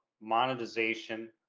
monetization